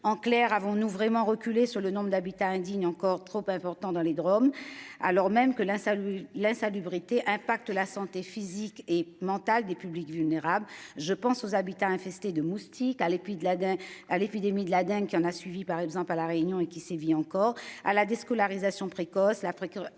En clair, avons-nous vraiment reculer sur le nombre d'habitat indigne encore trop important dans les Drom alors même que la salle l'insalubrité impacte la santé physique et mentale des publics vulnérables. Je pense aux habitants infesté de moustiques à les de la d'un à l'épidémie de la dame qui en a suivi par exemple à la Réunion et qui sévit encore à la déscolarisation précoce la procureure